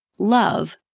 Love